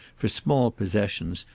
for small possessions,